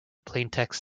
plaintext